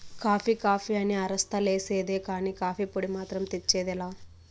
coffee coffee అని అరస్తా లేసేదే కానీ, కాఫీ పొడి మాత్రం తెచ్చేది లా